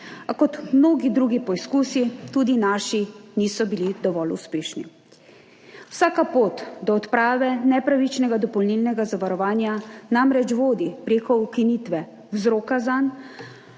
a kot mnogi drugi poizkusi tudi naši niso bili dovolj uspešni. Vsaka pot do odprave nepravičnega dopolnilnega zavarovanja namreč vodi prek ukinitve vzroka zanj,